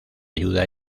ayuda